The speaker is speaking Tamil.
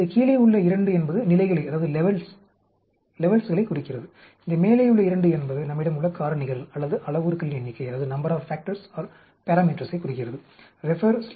இந்த கீழேயுள்ள 2 என்பது நிலைகளைக் குறிக்கிறது இந்த மேலேயுள்ள 2 என்பது நம்மிடம் உள்ள காரணிகள் அல்லது அளவுருக்களின் எண்ணிக்கையைக் குறிக்கிறது